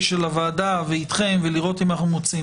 של הוועדה ואיתכם כדי לראות אם אנחנו מוצאים